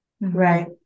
Right